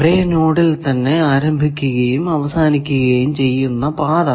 ഒരേ നോഡിൽ തന്നെ ആരംഭിക്കുകയും അവസാനിക്കുകയും ചെയ്യുന്ന പാത